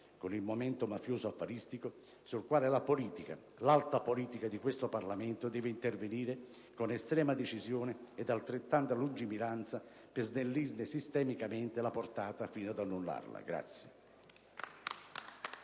con il movimento mafioso affaristico, sul quale la politica, l'alta politica di questo Parlamento deve intervenire con estrema decisione e altrettanta lungimiranza per snellirne sistemicamente la portata fino ad annullarla.